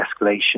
escalation